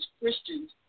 Christians